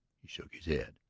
he shook his head.